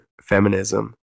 feminism